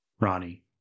Ronnie